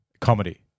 comedy